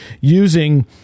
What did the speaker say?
using